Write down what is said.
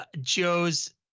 Joe's